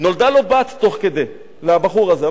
נולדה לו בת תוך כדי, לבחור הזה.